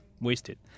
wasted